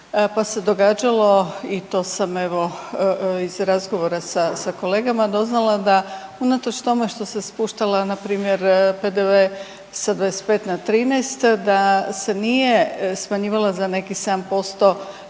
pa se događalo i to sam evo iz razgovora sa kolegama doznala da unatoč tome što se spuštala npr. PDV sa 25 na 13 da se nije smanjivala za nekih 7%